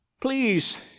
Please